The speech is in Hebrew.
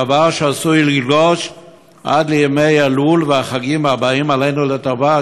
דבר שעשוי לגלוש עד ימי אלול והחגים הבאים עלינו לטובה,